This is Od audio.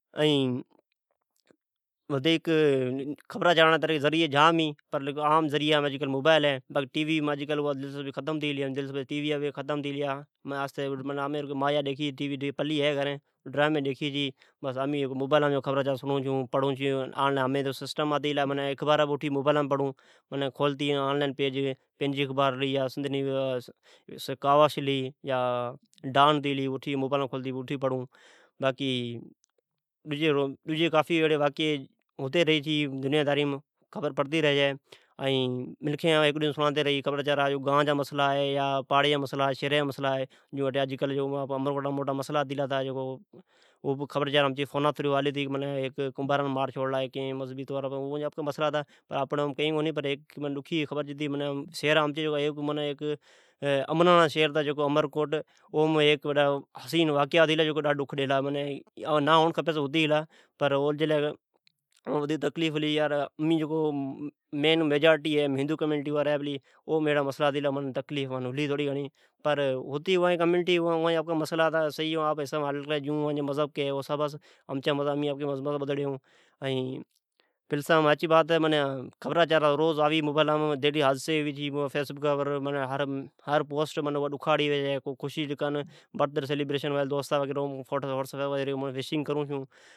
ائین خبرا چارا جی طریقی جام ھی پر ھمین آم طریقا مبائیل ھے ۔ ھمین ٹی وی سے دل چسبی ختم ھتی گلی باقی ھمین استرا ٹی وی ڈیکھی چھی ڈرامی ڈیکھی چھی امین ھمین مبائیل پر سسٹم آتے گلا ھے اخبار بہ فونا پر پڑھون آنلائین کھلی" پنھنجی اخبار"ھلی "کاوش" ھلی یا"ڈان"ھتی گلی مبائیل لا پر اٹھی پڑھون ۔ باقی ڈجی واقعی ھتی رھی چھی دنیا داریم خبر پڑتی ری چھے۔ منکھین سنڑاتی رھی چھے ھیکے ڈجی جی خبرا ثارا گان جا مصلا ھے پاڑی جا مصلا ھے۔ سھرا جا مسلا ھے آج کل امچی شھرا مصلا ھلا تا جکو ھیک کنبھار نہ مار چھوڑ لازمذھب جی مصلی جی کرتی مارا پر او اوا جا آپکہ مصلا ھتہ آپنڑی کئین کونی ڈکھ ھا ھی کہ عمر کوٹ امن نا جی شھرھتی اوم حسین واقع ھتی گلا تو ڈاڈھ ڈک ڈیلا نہ ھوئنڑ کھپس پر ھتی گلا کاتو اٹھے اکسر ھوندو رھی چھےبس اوا جا مصلا ھتا اوین ھل آپکی طریقی سہ ھل کرلا جون اوین جا مذھب کے ایون۔ پلس امان خبرا روض آوی چھی فیسبکا پرکر پوسٹ خشی جی ء کو پوسٹ غلعت آوی چھی کو دوست جا برتھ ڈی وش کرون چھون۔